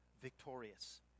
victorious